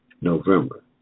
November